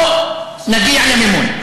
אוה, נגיע למימון.